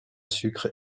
sucre